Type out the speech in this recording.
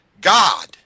God